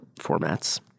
formats